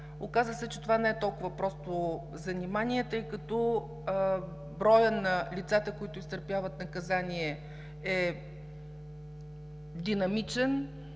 Оказа се, че това не е толкова просто занимание, тъй като броят на лицата, които изтърпяват наказание, е динамичен.